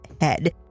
head